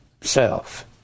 self